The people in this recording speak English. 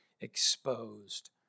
exposed